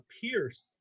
pierce